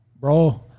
bro